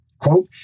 Quote